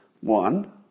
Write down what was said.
One